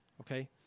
okay